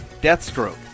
Deathstroke